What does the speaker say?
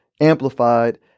amplified